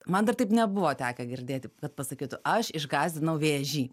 man dar taip nebuvo tekę girdėti kad pasakytų aš išgąsdinau vėžį